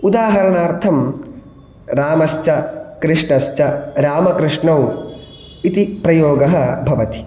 उदाहरणार्थं रामश्च कृष्णश्च रामकृष्णौ इति प्रयोगः भवति